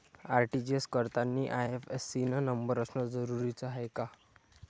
RTGS करतांनी IFSC न number असनं जरुरीच हाय का?